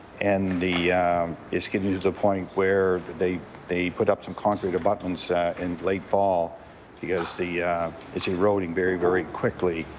and the it's getting to the point where they they put up some concrete abutments in late fall because the it's eroding very, very quickly,